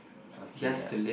okay ya